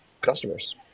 customers